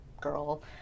girl